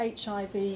HIV